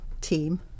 team